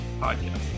podcast